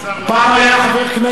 פעם היה חבר הכנסת,